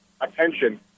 attention